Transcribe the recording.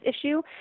issue